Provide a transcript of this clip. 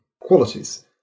qualities